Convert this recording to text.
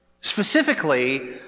specifically